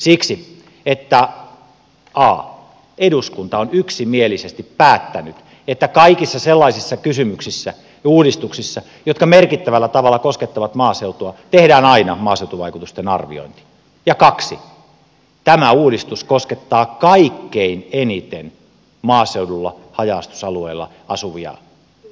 siksi että a eduskunta on yksimielisesti päättänyt että kaikissa sellaisissa kysymyksissä ja uudistuksissa jotka merkittävällä tavalla koskettavat maaseutua tehdään aina maaseutuvaikutusten arviointi ja b tämä uudistus koskettaa kaikkein eniten maaseudulla haja asutusalueilla asuvia suomalaisia kuntalaisia